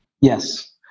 Yes